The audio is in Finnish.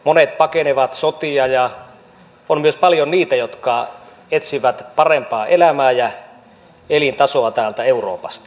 monet pakenevat sotia ja on myös paljon niitä jotka etsivät parempaa elämää ja elintasoa täältä euroopasta